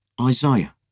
Isaiah